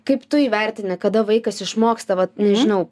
kaip tu įvertini kada vaikas išmoksta vat nežinau